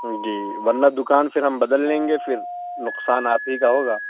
جی ورنہ دکان پھر ہم بدل لیں گے پھر نقصان آپ ہی کا ہوگا